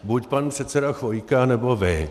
Buď pan předseda Chvojka, nebo vy.